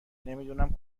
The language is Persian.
نمیدونم